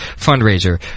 fundraiser